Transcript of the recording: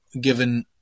given